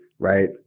right